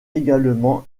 également